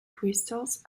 crystals